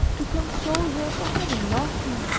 to console her for having loved me,